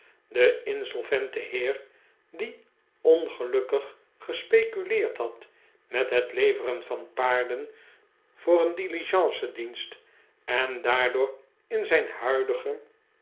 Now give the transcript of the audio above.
de insolvente heer die ongelukkig gespeculeerd had met het leveren van paarden voor een diligencedienst en daardoor in zijn huidige